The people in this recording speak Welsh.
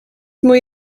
mwy